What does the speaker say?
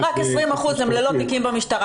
אם רק 20% הם ללא תיקים במשטרה,